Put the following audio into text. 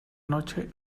noche